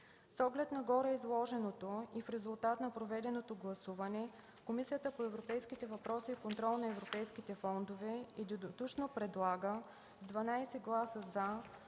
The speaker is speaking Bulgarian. С оглед на гореизложеното и в резултат на проведеното гласуване, Комисията по европейските въпроси и контрол на европейските фондове предлага единодушно с 15 гласа „за”